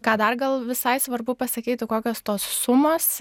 ką dar gal visai svarbu pasakyti kokios tos sumos